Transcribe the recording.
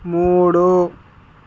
మూడు